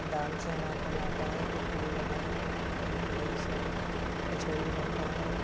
दाल चना का लाता है तो पूड़ी बना करके खाते हैं यही सब कचौड़ी बनती है